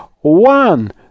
One